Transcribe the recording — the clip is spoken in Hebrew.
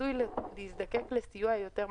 עשוי להזדקק לסיוע יותר משמעותי.